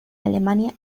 alemania